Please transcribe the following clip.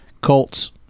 Colts